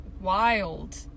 wild